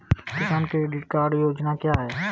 किसान credit card योजना क्या है?